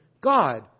God